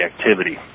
activity